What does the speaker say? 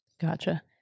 Gotcha